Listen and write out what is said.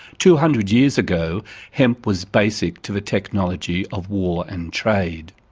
two hundred years ago hemp was basic to the technology of war and trade.